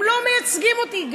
הם לא מייצגים אותי,